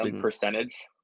percentage